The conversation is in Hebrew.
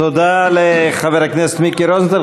תודה לחבר הכנסת מיקי רוזנטל.